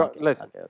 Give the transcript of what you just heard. Listen